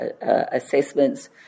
assessments